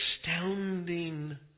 astounding